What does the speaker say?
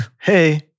hey